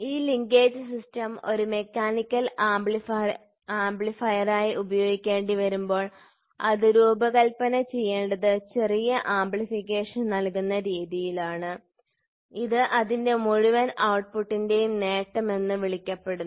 ഒരു linkage system ഒരു mechanical ആംപ്ലിഫയറായി ഉപയോഗിക്കേണ്ടിവരുമ്പോൾ അത് രൂപകൽപ്പന ചെയ്യേണ്ടത് ചെറിയ ആംപ്ലിഫിക്കേഷൻ നൽകുന്ന രീതിയിലാണ് ഇത് അതിന്റെ മുഴുവൻ ഔട്ട്പുട്ടിന്റെയും നേട്ടം എന്ന് വിളിക്കപ്പെടുന്നു